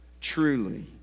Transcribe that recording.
Truly